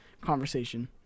conversation